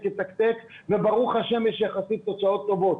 יתקתק וברוך השם יש יחסית תוצאות טובות.